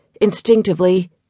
instinctively